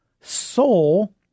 soul